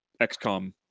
XCOM